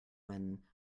when